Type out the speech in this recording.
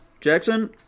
Jackson